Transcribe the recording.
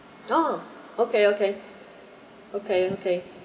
oh okay okay okay okay